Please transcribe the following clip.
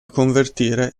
convertire